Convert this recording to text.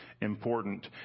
important